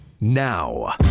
Now